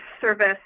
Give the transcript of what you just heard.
service